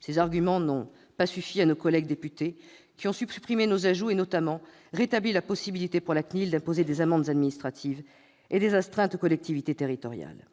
Ces arguments n'ont pas suffi à nos collègues députés, qui ont supprimé nos ajouts et, en particulier, ont rétabli la possibilité pour la CNIL d'imposer des amendes administratives et des astreintes aux collectivités territoriales.